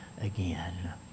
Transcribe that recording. again